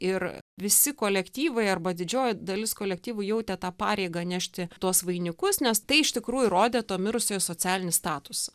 ir visi kolektyvai arba didžioji dalis kolektyvų jautė tą pareigą nešti tuos vainikus nes tai iš tikrųjų rodė to mirusiojo socialinį statusą